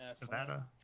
Nevada